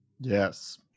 Yes